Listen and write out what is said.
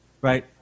right